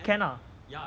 can ah